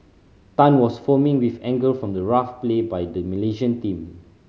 Tan was foaming with anger from the rough play by the Malaysian team